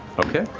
okay.